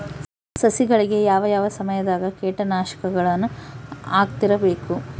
ಸಸಿಗಳಿಗೆ ಯಾವ ಯಾವ ಸಮಯದಾಗ ಕೇಟನಾಶಕಗಳನ್ನು ಹಾಕ್ತಿರಬೇಕು?